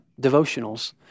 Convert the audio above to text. devotionals